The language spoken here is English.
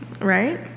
Right